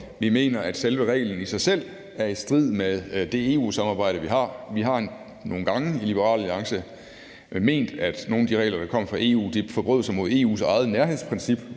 vi mener, at reglen i sig selv er i strid med det EU-samarbejde, vi har. Vi har nogle gange i Liberal Alliance ment, at nogle af de regler, der kom fra EU, forbrød sig mod EU's nærhedsprincip,